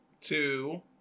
two